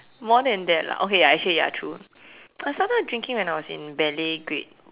more than that lah okay ya actually ya true I started drinking when I was in ballet grade